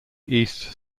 east